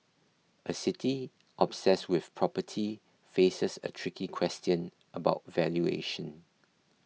a city obsessed with property faces a tricky question about valuation